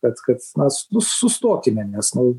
kad kad na nu sustokime nes nu